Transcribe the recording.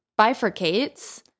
bifurcates